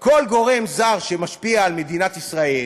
כל גורם זר שמשפיע על מדינת ישראל,